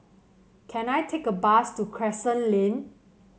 can I take a bus to Crescent Lane